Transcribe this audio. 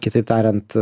kitaip tariant